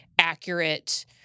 accurate